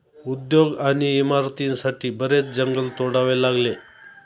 उद्योग आणि इमारतींसाठी बरेच जंगल तोडावे लागले